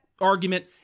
Argument